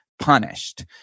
punished